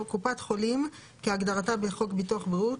1940. "קופת חולים" כהגדרתה בחוק ביטוח בריאות.